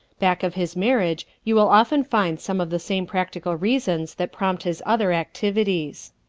back of his marriage you will often find some of the same practical reasons that prompt his other activities.